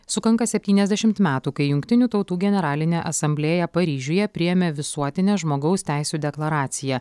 sukanka septyniasdešimt metų kai jungtinių tautų generalinė asamblėja paryžiuje priėmė visuotinę žmogaus teisių deklaraciją